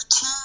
two